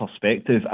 perspective